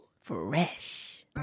fresh